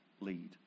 lead